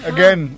Again